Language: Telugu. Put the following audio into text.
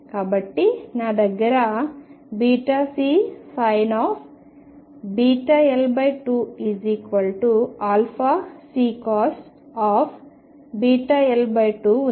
కాబట్టి నా దగ్గర βCsin βL2 αCcos βL2 ఉంది